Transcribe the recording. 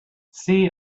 see